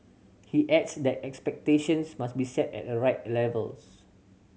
he adds that expectations must be set at the right levels